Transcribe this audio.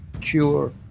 cure